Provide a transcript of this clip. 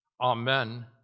amen